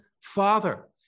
Father